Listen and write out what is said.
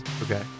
Okay